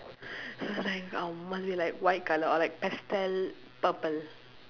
so it's like um must be like white colour or like pastel purple